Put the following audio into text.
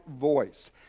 voice